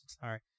Sorry